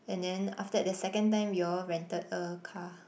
and then after that the second time we all rented a car